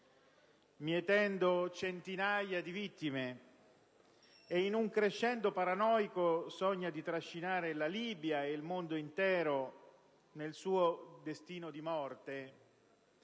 mietendo centinaia di vittime e in un crescendo paranoico sogna di trascinare la Libia e il mondo intero nel suo destino di morte,